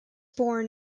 born